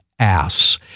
Ass